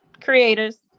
creators